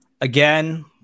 again